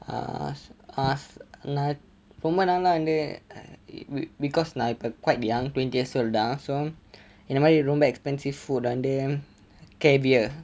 err நான் ரொம்ப நாளா வந்து:naan romba naala vanthu uh because நான் இப்ப:naan ippa quite young twenty years old தான்:thaan so என்னை மாதிரி ரொம்ப:ennai maathiri romba expensive food வந்து:vanthu caviar